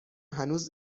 هنوز